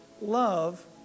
love